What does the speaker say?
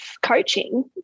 coaching